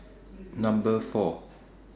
Number four